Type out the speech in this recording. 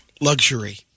Luxury